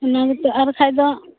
ᱚᱱᱟᱜᱮᱛᱚ ᱟᱨ ᱵᱟᱠᱷᱟᱱ